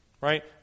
right